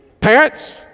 Parents